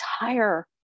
entire